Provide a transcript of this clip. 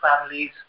families